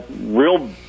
Real